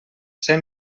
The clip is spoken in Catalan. ser